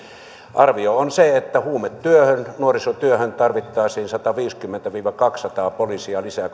arvio on se että huumetyöhön nuorisotyöhön tarvittaisiin sataviisikymmentä viiva kaksisataa poliisia lisää